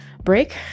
break